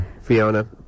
fiona